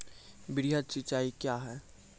वृहद सिंचाई कया हैं?